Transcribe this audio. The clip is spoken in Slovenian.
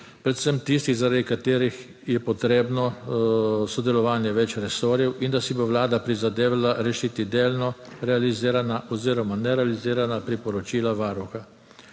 predvsem tistih, zaradi katerih je potrebno sodelovanje več resorjev, in da si bo Vlada prizadevala rešiti delno realizirana oziroma nerealizirana priporočila Varuha.